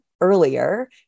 earlier